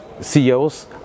CEOs